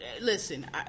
Listen